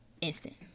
instant